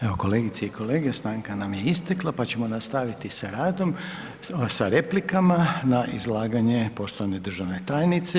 Evo kolegice i kolege, stanka nam je istekla pa ćemo nastaviti sa radom, sa replikama na izlaganje poštovane državne tajnice.